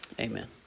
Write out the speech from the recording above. amen